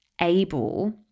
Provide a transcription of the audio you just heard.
able